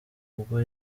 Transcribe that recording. ubwo